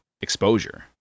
exposure